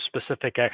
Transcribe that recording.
specific